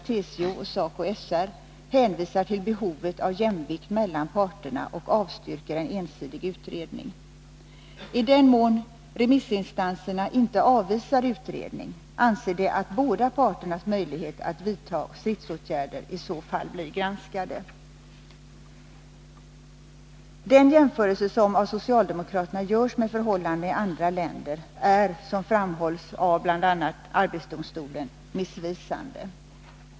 TCO och SACOY/SR, hänvisar till behovet av jämvikt mellan parterna och avstyrker en ensidig utredning. I den mån remissinstanserna inte avvisar en utredning anser de att båda parters möjligheter att vidta stridsåtgärder i så fall bör bli granskade. Den jämförelse som av socialdemokraterna görs med förhållandena i andra länder är — som framhållits av bl.a. arbetsdomstolen — missvisande.